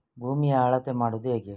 ಭೂಮಿಯ ಅಳತೆ ಮಾಡುವುದು ಹೇಗೆ?